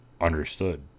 Understood